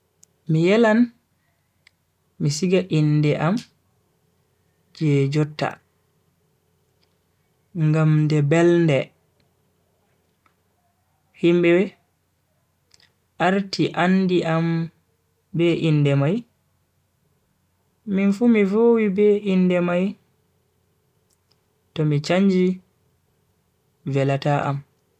Mi yelan mi siga inde am je jotta ngam nde belnde. himbe arti andi am be inde mai minfu mi vowi be inde mai to mi chanji velata am.